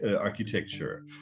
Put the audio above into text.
architecture